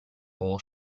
bowl